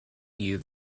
you